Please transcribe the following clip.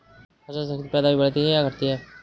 फसल चक्र से पैदावारी बढ़ती है या घटती है?